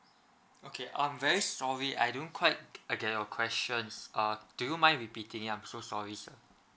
okay I'm very sorry I don't quite uh get your question uh do you mind repeating it I'm so sorry sir